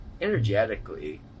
energetically